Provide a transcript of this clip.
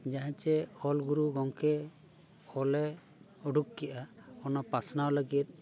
ᱡᱟᱦᱟᱸ ᱚᱞᱜᱩᱨᱩ ᱜᱚᱢᱠᱮ ᱚᱞᱮ ᱩᱰᱩᱠ ᱠᱮᱜᱼᱟ ᱚᱱᱟ ᱯᱟᱥᱱᱟᱣ ᱞᱟᱹᱜᱤᱫ